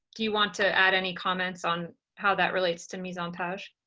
do you want to add any comments on how that relates to mise-en-page?